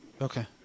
Okay